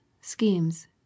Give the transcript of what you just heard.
schemes